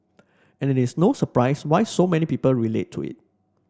and it is no surprise why so many people relate to it